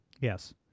Yes